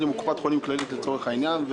למשל בקופת חולים כללית לצורך העניין,